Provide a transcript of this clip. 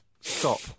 Stop